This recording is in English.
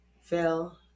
Phil